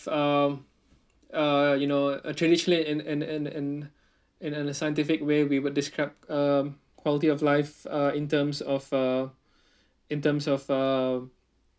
um uh you know traditionally in in in in in a scientific way we would describe um quality of life uh in terms of uh in terms of uh